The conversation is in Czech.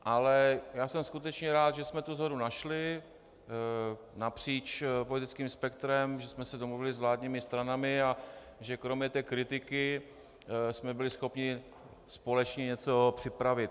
Ale já jsem skutečně rád, že jsme shodu našli napříč politickým spektrem, že jsme se domluvili s vládními stranami a že kromě kritiky jsme byli schopni společně něco připravit.